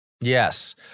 Yes